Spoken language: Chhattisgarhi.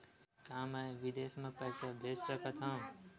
का मैं विदेश म पईसा भेज सकत हव?